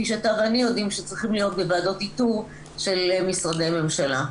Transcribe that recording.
שאתה ואני יודעים שצריכים להיות בוועדות איתור של משרדי הממשלה.